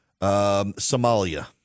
Somalia